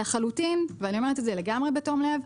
לחלוטין ואני אומרת את זה לגמרי בתום לב,